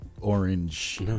orange